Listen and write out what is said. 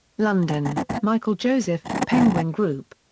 london michael joseph, penguin group.